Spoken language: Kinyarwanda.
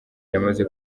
yamaze